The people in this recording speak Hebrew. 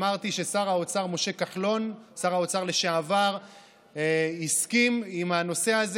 ששר האוצר לשעבר משה כחלון הסכים עם הנושא הזה